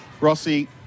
Rossi